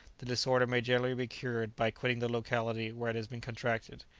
the disorder may generally be cured by quitting the locality where it has been contracted.